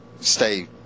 Stay